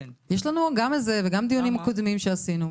יש לנו גם את זה וגם דיונים קודמים שעשינו.